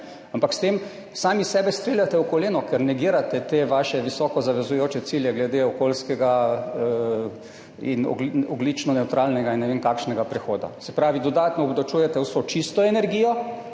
Ampak s tem sami sebe streljate v koleno, ker negirate te vaše visoko zavezujoče cilje glede okoljskega in ogljično nevtralnega in ne vem kakšnega prehoda. Se pravi, dodatno obdavčujete vso čisto energijo